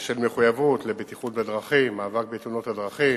של מחויבות לבטיחות בדרכים, מאבק בתאונות הדרכים,